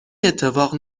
اتفاق